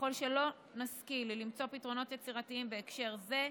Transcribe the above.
ככל שלא נשכיל למצוא פתרונות יצירתיים בהקשר זה,